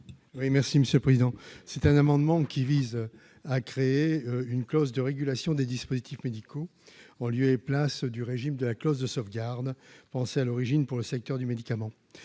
Oui, merci Monsieur le Président, c'est un amendement qui vise à créer une clause de régulation des dispositifs médicaux en lieu et place du régime de la clause de sauvegarde, penser à l'origine pour le secteur du médicament